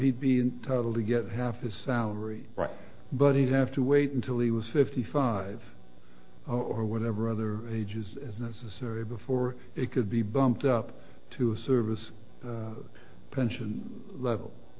he'd be in total to get half his salary but he'd have to wait until he was fifty five or whatever other age is necessary before it could be bumped up to service pension level